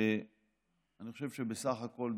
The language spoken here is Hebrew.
אני חושב שבסך הכול,